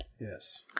Yes